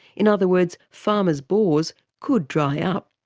in other words, farmers' bores could dry up.